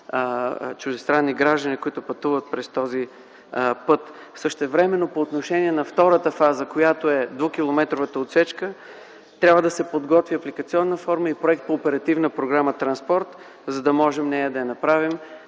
чуждестранни граждани, пътуващи през този път. Същевременно по отношение на втората фаза, която е 2-километровата отсечка, трябва да се приготви апликационна форма и Проект по Оперативна програма „Транспорт”, за да можем нея да я направим,